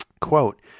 Quote